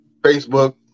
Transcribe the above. Facebook